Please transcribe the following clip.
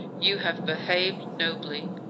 you have behaved nobly.